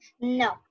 No